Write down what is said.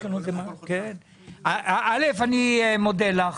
אני מודה לך,